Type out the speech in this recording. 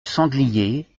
sanglier